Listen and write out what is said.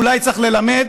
אולי צריך ללמד